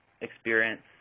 experience